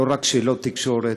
לא רק שלא תקשורת,